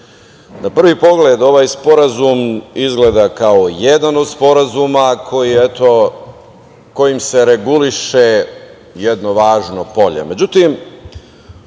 prvi pogled ovaj sporazum izgleda kao jedan od sporazuma kojim se reguliše jedno važno polje.